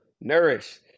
nourish